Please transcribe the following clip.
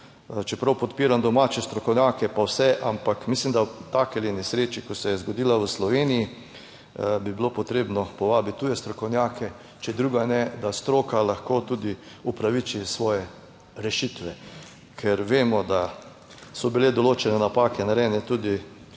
čeprav podpiram domače strokovnjake pa vse, ampak mislim, da ob taki nesreči, ki se je zgodila v Sloveniji, bi bilo potrebno povabiti tuje strokovnjake, če drugega ne, da stroka lahko tudi upraviči svoje rešitve, ker vemo, da so bile določene napake narejene tudi